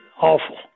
awful